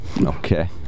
okay